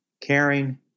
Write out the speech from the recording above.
caring